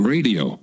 Radio